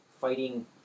fighting